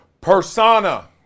Persona